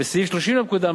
וסעיף 30 לפקודה,